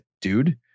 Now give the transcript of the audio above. dude